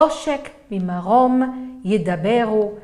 ‫עושק ממרום ידברו.